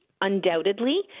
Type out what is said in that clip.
undoubtedly